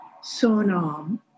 Sonam